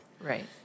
Right